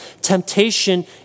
Temptation